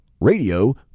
Radio